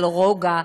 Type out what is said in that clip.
על רוגע,